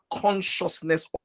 consciousness